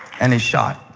and he shot.